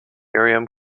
miriam